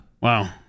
wow